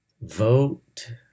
vote